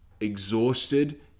exhausted